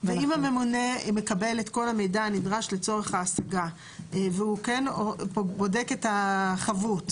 ואם הממונה מקבל את כל המידע הנדרש לצורך ההשגה והוא כן בודק את החבות.